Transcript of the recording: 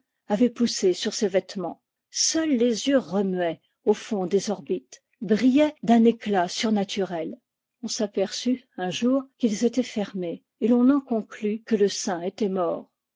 avaient poussé sur ses vêtements seuls les yeux remuaient au fond des orbites brillaient d'un éclat surna turel on s'aperçut un jour qu'ils étaient fermés et l'on en conclut que le saint était mort